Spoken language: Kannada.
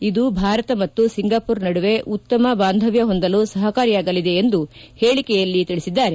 ಇದು ಭಾರತ ಮತ್ತು ಸಿಂಗಾಮರ್ ನಡುವೆ ಉತ್ತಮ ಬಾಂಧವ್ಯ ಹೊಂದಲು ಸಹಕಾರಿಯಾಗಲಿದೆ ಎಂದು ಅವರು ಹೇಳಿಕೆಯಲ್ಲಿ ತಿಳಿಸಿದ್ದಾರೆ